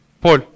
Paul